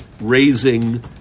raising